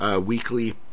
weekly